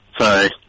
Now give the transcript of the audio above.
Sorry